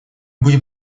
будем